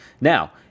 Now